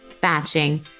batching